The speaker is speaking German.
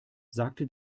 sagte